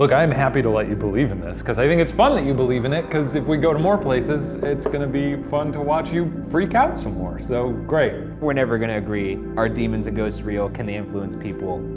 like i am happy to let you believe in this, cause i think it's fun that you believe in it, cause if we go to more places, it's gonna be fun to watch you freak out some more, so great. we're never gonna agree, are demons and ghosts real, can they influence people?